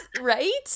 right